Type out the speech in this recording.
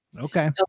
Okay